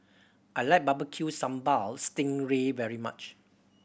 I like Barbecue Sambal sting ray very much